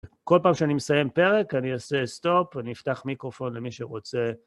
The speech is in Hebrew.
כל פעם שאני מסיים פרק, אני אעשה סטופ, אני אפתח מיקרופון למי שרוצה.